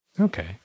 Okay